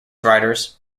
riders